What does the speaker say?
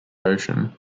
ocean